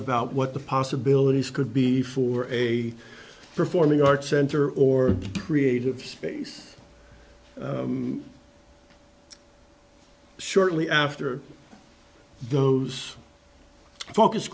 about what the possibilities could be for a performing arts center or creative space shortly after those focus